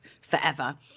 forever